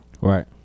Right